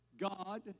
God